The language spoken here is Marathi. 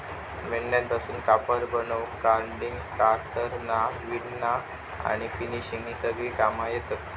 मेंढ्यांपासून कापड बनवूक कार्डिंग, कातरना, विणना आणि फिनिशिंग ही सगळी कामा येतत